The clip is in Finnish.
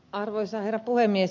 arvoisa herra puhemies